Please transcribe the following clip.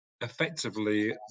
effectively